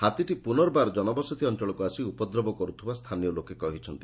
ହାତୀଟି ପୁନର୍ବାର ଜନବସତି ଅଅଳକୁ ଆସି ଉପଦ୍ରବ କରୁଥିବା ସ୍ରାନୀୟ ଲୋକେ କହିଛନ୍ତି